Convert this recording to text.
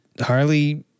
Harley